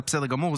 אבל בסדר גמור,